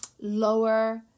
lower